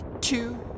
two